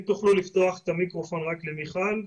אם תוכלו לפתוח את המיקרופון למיכל,